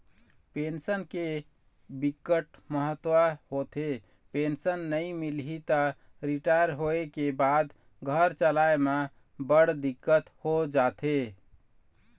pension के बिकट महत्ता होथे, पेंसन नइ मिलही त रिटायर होए के बाद घर चलाए म बड़ दिक्कत हो जाथे